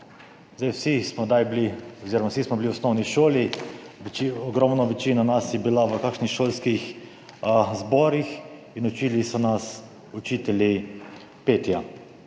Vsi smo bili v osnovni šoli, ogromna večina nas je bila v kakšnih šolskih zborih in učili so nas učitelji petja.